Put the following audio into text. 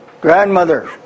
grandmother